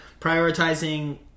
prioritizing